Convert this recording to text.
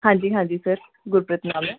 ਹਾਂਜੀ ਹਾਂਜੀ ਸਰ ਗੁਰਪ੍ਰੀਤ ਨਾਮ ਹੈ